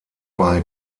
bei